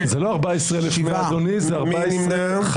מי נמנע?